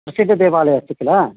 प्रसिद्धदेवालयः अस्ति किल